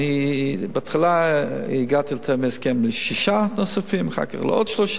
בהתחלה הגעתי אתם להסכם על שישה נוספים ואחר כך על עוד שלושה.